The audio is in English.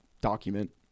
document